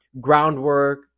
groundwork